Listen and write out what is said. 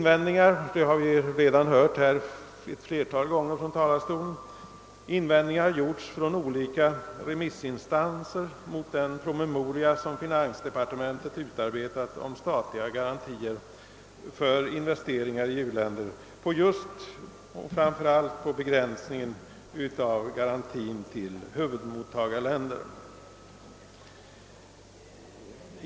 Vi har redan hört ett flertal gånger att olika remissinstanser har gjort invändningar mot den promemoria som finansdepartementet har utarbetat om statliga garantier för investeringar i uländerna, framför allt då begränsningen av garantierna till huvudmottagarländerna.